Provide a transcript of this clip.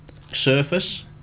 surface